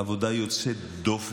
עבודה יוצאת דופן,